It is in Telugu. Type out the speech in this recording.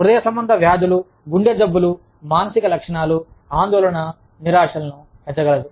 హృదయ సంబంధ వ్యాధులు గుండె జబ్బులు మానసిక లక్షణాలు ఆందోళన నిరాశలను పెంచగలదు